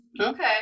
Okay